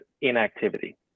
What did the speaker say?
inactivity